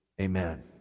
amen